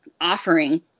offering